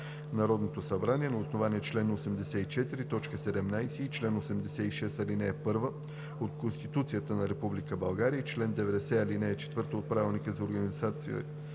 Народното събрание на основание чл. 84, т. 17 и чл. 86, ал. 1 от Конституцията на Република България и чл. 90, ал. 4 от Правилника за организацията